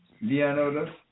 Leonardo